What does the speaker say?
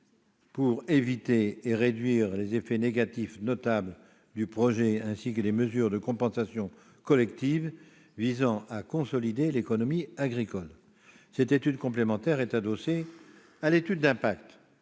pour éviter et réduire les effets négatifs notables du projet, ainsi que les mesures de compensation collective visant à consolider l'économie agricole. Cette étude complémentaire est adossée à l'étude d'impact.